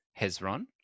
Hezron